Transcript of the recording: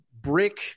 brick